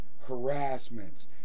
harassments